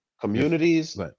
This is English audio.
Communities